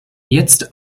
jetzt